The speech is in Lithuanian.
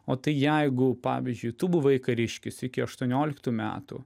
o tai jeigu pavyzdžiui tu buvai kariškis iki aštuonioliktų metų